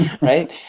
right